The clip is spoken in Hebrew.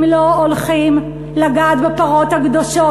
אם לא הולכים לגעת בפרות הקדושות?